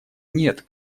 нет